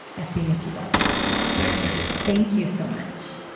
at thenikkibella thanks, nikki thank you so much